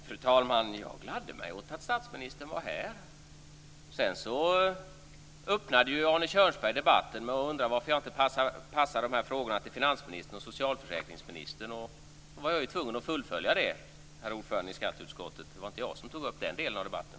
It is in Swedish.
Fru talman! Jag gladde mig åt att statsministern var här. Arne Kjörnsberg öppnade ju debatten med att undra varför jag inte skickade över dessa frågor till finansministern och socialförsäkringsministern, och då var jag ju tvungen att fullfölja det, herr ordförande i skatteutskottet. Det var inte jag som tog upp den delen av debatten.